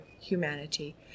humanity